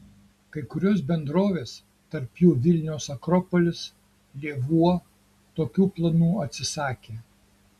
kai kurios bendrovės tarp jų vilniaus akropolis lėvuo tokių planų atsisakė